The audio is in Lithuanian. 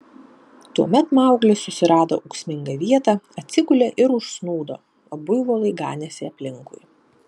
tuomet mauglis susirado ūksmingą vietą atsigulė ir užsnūdo o buivolai ganėsi aplinkui